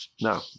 no